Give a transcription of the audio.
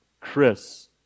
Chris